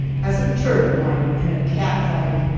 as a turtle might in a cat fight.